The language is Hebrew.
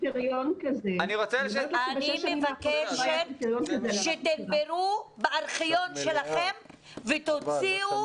אני מבקשת שתנברו בארכיון שלכם ותוציאו.